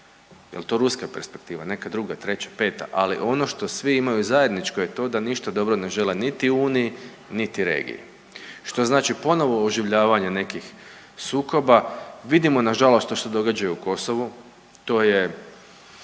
Jel to ruska perspektiva, neka druge, treća, peta, ali ono što svi imaju zajedničko je to da ništa dobro ne žele niti uniji, niti regiji što znači ponovno oživljavanje nekih sukoba. Vidimo nažalost što se događa i u Kosovu, to je